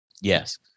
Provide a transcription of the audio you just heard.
Yes